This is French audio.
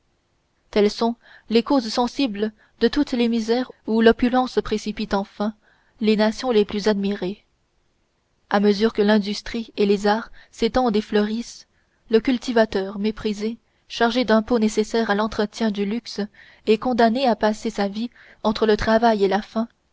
telles sont les causes sensibles de toutes les misères où l'opulence précipite enfin les nations les plus admirées à mesure que l'industrie et les arts s'étendent et fleurissent le cultivateur méprisé chargé d'impôts nécessaires à l'entretien du luxe et condamné à passer sa vie entre le travail et la faim